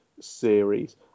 series